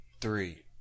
three